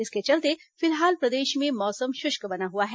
इसके चलते फिलहाज प्रदेश में मौसम शुष्क बना हुआ है